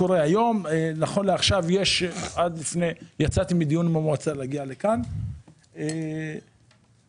יצאתי עכשיו מדיון במועצה כדי להגיע לכאן וזה דיון שמתקיים שם.